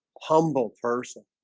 humble person